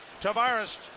Tavares